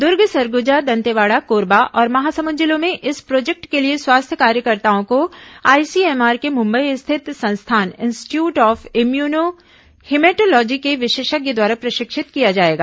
दुर्ग सरगुजा दंतेवाड़ा कोरबा और महासमुंद जिलों में इस प्रोजेक्ट के लिए स्वास्थ्य कार्यकर्ताओं को आईसीएमआर के मुंबई स्थित संस्थान इंस्टीट्यूट ऑफ इम्यूनो हिमेटोलॉजी के विशेषज्ञ द्वारा प्रशिक्षित किया जाएगा